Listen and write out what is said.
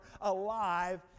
alive